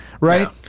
right